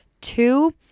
two